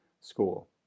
school